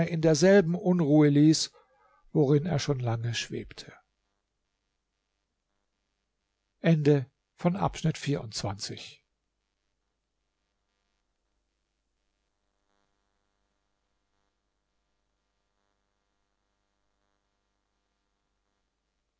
in derselben unruhe ließ worin er schon lange schwebte